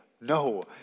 No